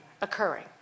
occurring